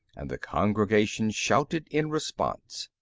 and the congregation shouted in response.